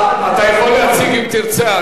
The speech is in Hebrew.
אתה יכול להציג, אם תרצה.